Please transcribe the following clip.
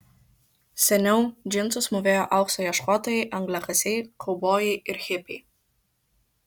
seniau džinsus mūvėjo aukso ieškotojai angliakasiai kaubojai ir hipiai